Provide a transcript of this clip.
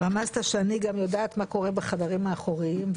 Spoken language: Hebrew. שאני גם יודעת מה קורה בחדרים האחוריים,